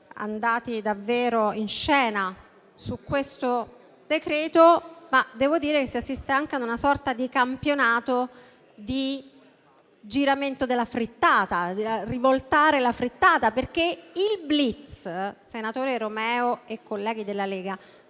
andati davvero in scena su questo decreto-legge, ma devo dire che si assiste anche ad una sorta di campionato di giramento della frittata. Il *blitz*, infatti, senatore Romeo e colleghi della Lega,